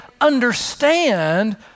understand